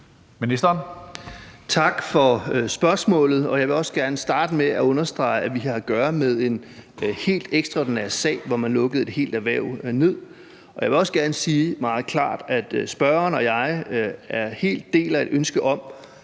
Jensen): Tak for spørgsmålet. Jeg vil gerne starte med at understrege, at vi har at gøre med en helt ekstraordinær sag, hvor man lukkede et helt erhverv ned, og jeg vil også gerne sige meget klart, at spørgeren og jeg helt deler et ønske om,